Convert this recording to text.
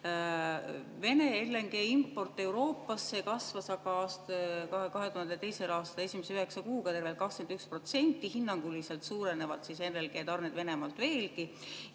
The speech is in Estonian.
Vene LNG import Euroopasse kasvas aga 2022. aasta esimese üheksa kuuga tervelt 21%. Hinnanguliselt suurenevad LNG‑tarned Venemaalt veelgi.